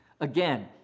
again